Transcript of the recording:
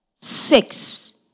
six